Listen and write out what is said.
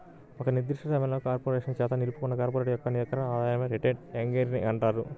ఒక నిర్దిష్ట సమయంలో కార్పొరేషన్ చేత నిలుపుకున్న కార్పొరేషన్ యొక్క నికర ఆదాయమే రిటైన్డ్ ఎర్నింగ్స్ అంటారు